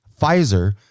Pfizer